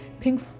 Pink